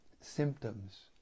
symptoms